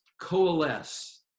coalesce